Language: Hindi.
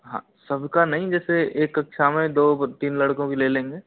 हाँ सबका नहीं जैसे एक कक्षा में दो तीन लड़कों की ले लेंगे